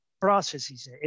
processes